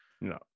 no